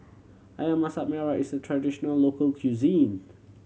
Ayam Masak Merah is a traditional local cuisine